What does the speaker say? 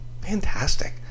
Fantastic